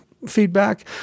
feedback